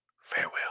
farewell